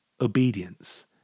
obedience